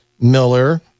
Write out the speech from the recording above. Miller